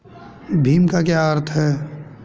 भीम का क्या अर्थ है?